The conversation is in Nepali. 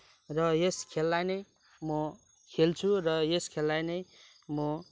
र यस खेललाई नै म खेल्छु र यस खेललाई नै म